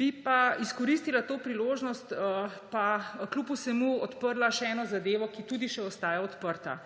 Bi pa izkoristila to priložnost in kljub vsemu odprla še eno zadevo, ki tudi še ostaja odprta